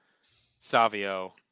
Savio